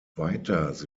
weiters